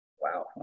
Wow